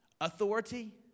authority